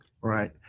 Right